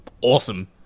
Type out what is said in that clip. awesome